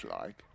like